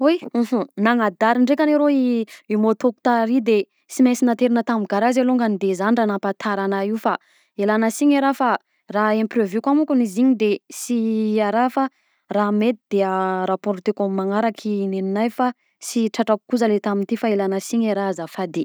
Oy! _x000D_ Nagnadary ndraika anie rô i môtôko tary de sy mainsy naterina tamy garazy alongany de zany raha nampatara anahy io, fa ialana siny e raha fa raha imprevu koa mokany izy igny de sy a raha, raha mety de reporteko amy magnaraky nenahy fa sy tratrako kosa le tamty fa ielana siny e raha azafady.